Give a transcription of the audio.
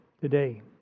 Today